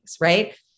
right